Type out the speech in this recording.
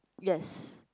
yes